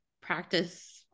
practice